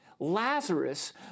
Lazarus